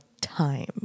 time